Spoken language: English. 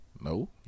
No